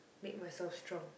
make myself strong